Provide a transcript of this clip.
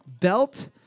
belt